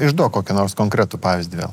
išduok kokį nors konkretų pavyzdį vėl